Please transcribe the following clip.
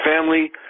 family